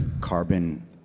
carbon